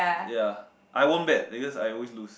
ya I won't bet because I always lose